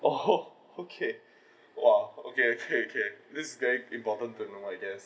oh okay !wah! okay okay okay this is very important to know what it is